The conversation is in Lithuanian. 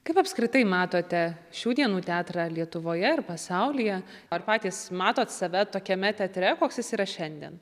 kaip apskritai matote šių dienų teatrą lietuvoje ir pasaulyje ar patys matot save tokiame teatre koks jis yra šiandien